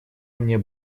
мне